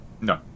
No